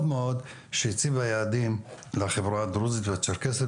שהיא הציבה יעדים לחברה הדרוזית והצ'רקסית.